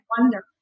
wonder